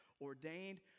ordained